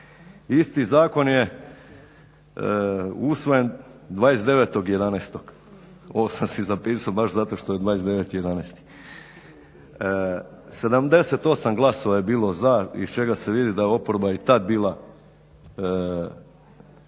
baš zato što je 29.11. 78 glasova je bilo za iz čega se vidi da je oporba i tad bila protiv